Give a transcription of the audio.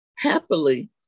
happily